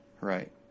Right